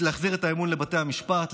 להחזיר את האמון בבתי המשפט,